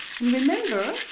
remember